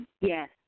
Yes